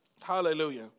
Hallelujah